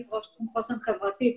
משרד הפנים,